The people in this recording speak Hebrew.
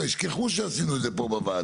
כבר ישכחו שעשינו את זה פה בוועדה.